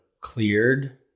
cleared